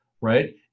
right